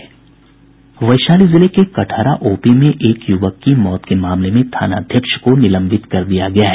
वैशाली जिले के कटहरा ओपी में एक युवक की मौत के मामले में थानाध्यक्ष को निलंबित कर दिया गया है